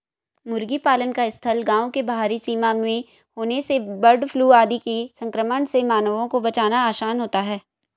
मुर्गी पालन का स्थल गाँव के बाहरी सीमा में होने से बर्डफ्लू आदि के संक्रमण से मानवों को बचाना आसान होता है